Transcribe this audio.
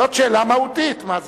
זאת שאלה מהותית, מה זה,